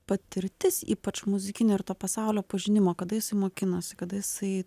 patirtis ypač muzikinio ir to pasaulio pažinimo kada jisai mokinosi kada jisai